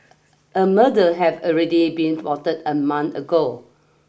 a murder have already been plotted a month ago